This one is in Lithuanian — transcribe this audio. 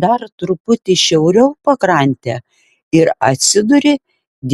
dar truputį šiauriau pakrante ir atsiduri